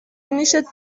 نیشت